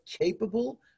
capable